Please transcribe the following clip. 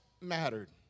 mattered